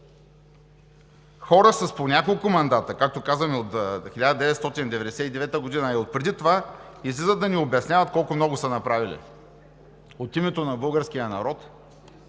Хора с по няколко мандата, както казахме от 1999 г., а и отпреди това, излизат да ни обясняват колко много са направили. От името на българския народ,